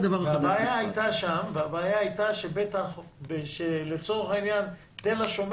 הבעיה שם הייתה שלצורך העניין תל השומר